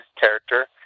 character